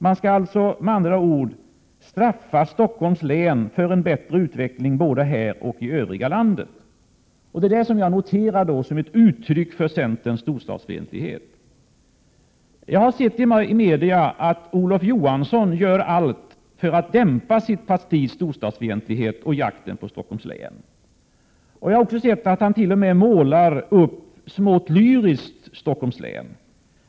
Man skall alltså enligt centerns mening straffa Stockholms län för en bättre utveckling både här och i övriga landet. Det är det som jag noterar som ett uttryck för centerns storstadsfientlighet. Jag har sett i medierna att Olof Johansson gör allt för att dämpa sitt partis storstadsfientlighet och jakt på Stockholms län. Jag har sett att han t.o.m. smått lyriskt målar upp Stockholms län.